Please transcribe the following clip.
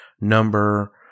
number